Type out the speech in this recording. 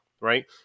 right